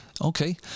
okay